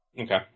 Okay